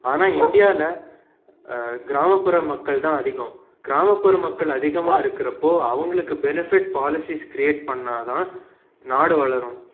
ஆனால் இண்டியாவில கிராமப்புற மக்கள் தான் அதிகம் கிராமப்புற மக்கள் அதிகமாக இருக்கறப்போ அவங்களுக்கு பெனிஃபிட் பாலிசிஸ் கிரியேட் பண்ணா தான் நாடு வளரும்